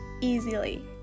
easily